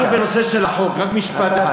משהו בנושא של החוק, רק משפט אחד.